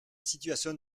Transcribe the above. situation